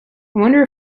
wonder